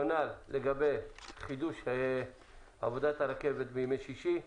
עם תכנית לגבי חידוש עבודת הרכבת בימי שישי,